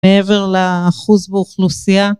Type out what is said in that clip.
מעבר לאחוז באוכלוסייה.